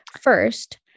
First